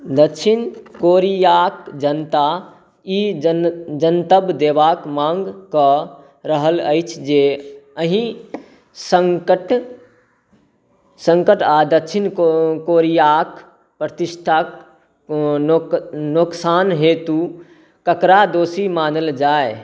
दक्षिण कोरिआके जनता ई जनतब देबाके माँग कऽ रहल अछि जे एहि सङ्कट आओर दक्षिण कोरिआके प्रतिष्ठाके नोकसान हेतु ककरा दोषी मानल जाए